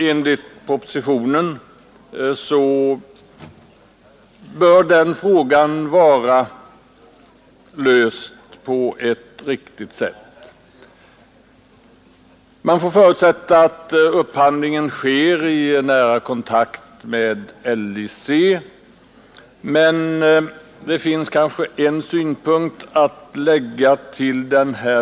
Enligt propositionen torde denna fråga nu vara löst på ett riktigt sätt. Man får förutsätta att upphandlingen sker i nära kontakt med LIC. Jag vill emellertid anföra en ytterligare synpunkt på lösningen av upphandlingsproblemet.